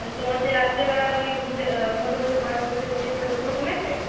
তালে তোমার যে রাত্রে বেলা ওই ঘুম থেকে ঘুমোতে ঘুমোতে ঘরের সামনে থেকে উঠে এসছিলে ওগুলো কমেছে